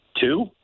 Two